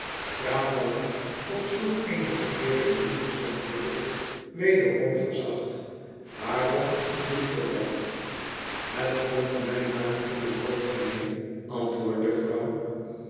praat dan niet op zulk eene verkeerde manier zegt bucket wederom verzacht waarom doet ge dat het komt mij maar in het hoofd mijnheer antwoordt de vrouw